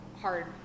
hard